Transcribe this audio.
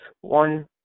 One